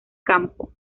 campo